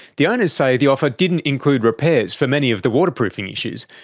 the owners say the offer didn't include repairs for many of the waterproofing issues,